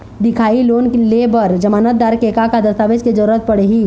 दिखाही लोन ले बर जमानतदार के का का दस्तावेज के जरूरत पड़ही?